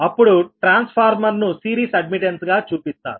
అప్పుడు ట్రాన్స్ఫార్మర్ను series admittance గా చూపిస్తారు